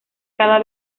cada